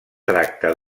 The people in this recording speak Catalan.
tracta